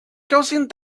causing